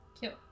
Cute